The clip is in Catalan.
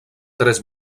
tres